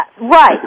right